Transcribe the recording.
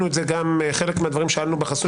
חלק מהדברים שאלנו בחסוי,